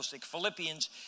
Philippians